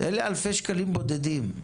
אלה אלפי שקלים בודדים.